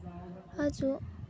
ᱦᱟᱹᱡᱩᱜ